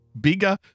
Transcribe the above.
Bigger